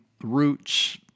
roots